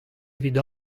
evit